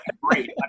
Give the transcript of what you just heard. Great